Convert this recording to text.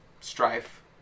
strife